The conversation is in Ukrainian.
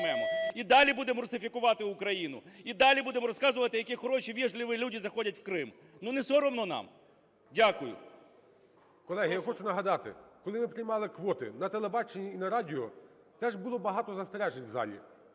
і далі будемо русифікувати Україну! І далі будемо розказувати, які хороші "вежливые люди" заходять в Крим! Ну, не соромно нам?! Дякую. ГОЛОВУЮЧИЙ. Колеги, я хочу нагадати. Коли ми приймали квоти на телебачення і на радіо, теж було багато застережень в залі.